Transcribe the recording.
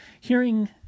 hearing